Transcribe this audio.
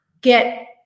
get